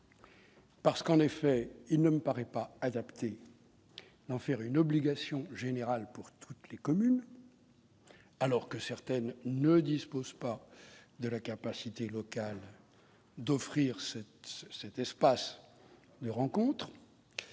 Parce qu'en effet il ne me paraît pas adaptée l'enfer une obligation générale pour toutes les communes, alors que certaines ne dispose pas de la capacité locale d'offrir cet cet espace de rencontre,